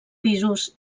pisos